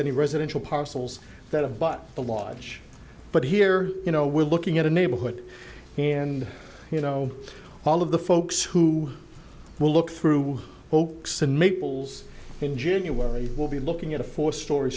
any residential parcels that of but the laws but here you know we're looking at a neighborhood and you know all of the folks who will look through opec's enables in january will be looking at a four story